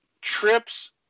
...trips